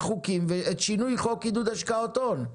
אז תדחפו לשינוי חוק עידוד השקעות הון,